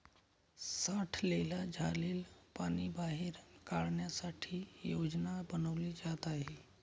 साठलेलं झालेल पाणी बाहेर काढण्यासाठी योजना बनवली जात आहे